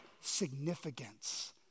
significance